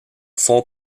fonds